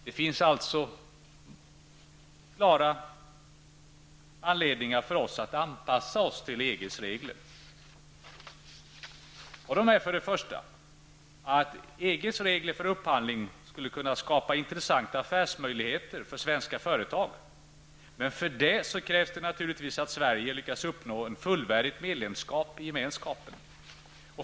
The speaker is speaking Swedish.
Det finns alltså klara skäl för oss att anpassa oss till EGs regler. För det första skulle EG-reglerna för upphandling kunna skapa intressanta affärsmöjligheter för svenska företag, men för det krävs det naturligtvis att Sverige lyckas uppnå ett fullvärdigt medlemskap i gemenskapen.